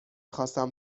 خواستم